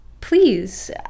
please